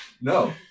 No